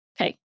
okay